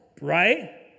right